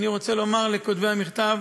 אני רוצה לומר לכותבי המכתב: